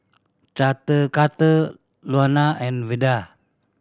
Carter Luana and Veda